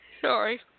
Sorry